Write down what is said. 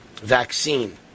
vaccine